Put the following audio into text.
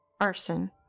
arson